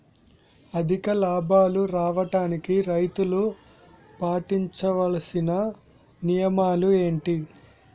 అధిక లాభాలు రావడానికి రైతులు పాటించవలిసిన నియమాలు ఏంటి